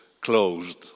closed